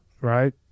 right